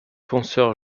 penseur